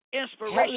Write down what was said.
Inspiration